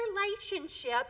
relationship